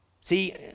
See